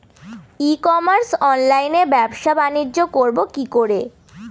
ই commerce অনলাইনে ব্যবসা বানিজ্য করব কি করে?